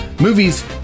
movies